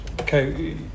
okay